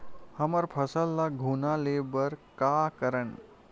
हमर फसल ल घुना ले बर का करन?